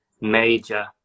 major